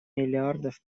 миллиардов